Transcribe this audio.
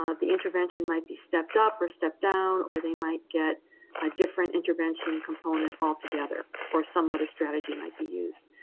um the intervention might be stepped up or stepped down, or they might get a different intervention component altogether, or some other strategy might be used.